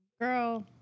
Girl